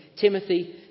Timothy